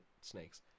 snakes